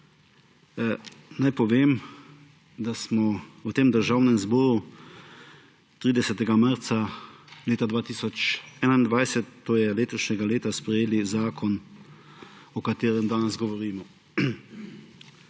naj povem, da smo v Državnem zboru 30. marca leta 2021, to je letošnjega leta, sprejeli zakon, o katerem danes govorimo.